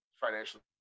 financially